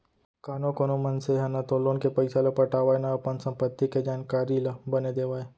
कानो कोनो मनसे ह न तो लोन के पइसा ल पटावय न अपन संपत्ति के जानकारी ल बने देवय